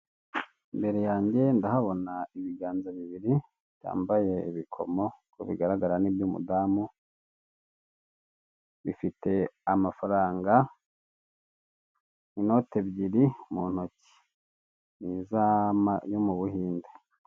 Imbere yanjye ndahabona ibiganza bibiri byambaye ibikomo uko bigaragara ni iby'umudamu bifite amafaranga inoti ebyiri mu ntoki ni izo mu Buhinde.